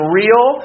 real